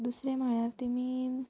दुसरें म्हळ्यार तेमी